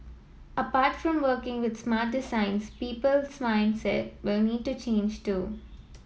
apart from working with smart designs people's mindset will need to change too